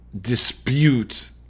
dispute